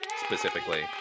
specifically